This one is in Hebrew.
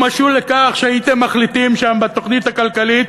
הוא משול לכך שהייתם מחליטים שם בתוכנית הכלכלית